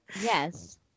Yes